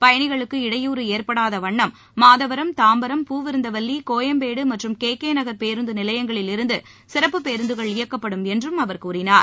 பயணிகளுக்கு இடையூறு ஏற்படாத வண்ணம் மாதவரம் தாம்பரம் பூவிருந்தவல்லி கோயம்பேடு மற்றும் கே கே நகர் பேருந்து நிலையங்களிலிருந்து சிறப்பு பேருந்துகள் இயக்கப்படும் என்றும் அவர் கூறினார்